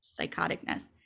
psychoticness